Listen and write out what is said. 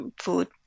food